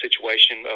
situation